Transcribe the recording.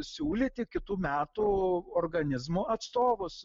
siūlyti kitų metų organizmų atstovus